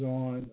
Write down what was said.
on